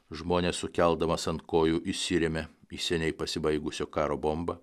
žmones sukeldamas ant kojų įsirėmė į seniai pasibaigusio karo bombą